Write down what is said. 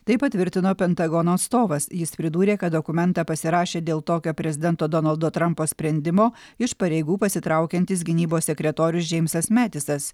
tai patvirtino pentagono atstovas jis pridūrė kad dokumentą pasirašė dėl tokio prezidento donaldo trampo sprendimo iš pareigų pasitraukiantis gynybos sekretorius džeimsas metisas